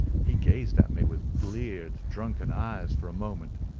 he gazed at me with bleared, drunken eyes for a moment,